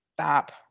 Stop